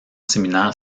séminaire